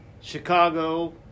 Chicago